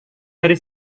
dari